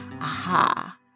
aha